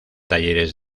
talleres